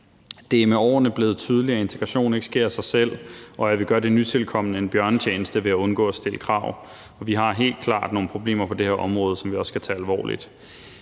Det er med årene blevet tydeligere, at integration ikke sker af sig selv, og at vi gør de nytilkomne en bjørnetjeneste ved at undgå at stille krav. Vi har helt klart nogle problemer på det område, som vi også skal tage alvorligt.